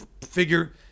figure